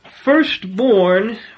firstborn